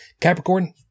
Capricorn